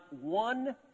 one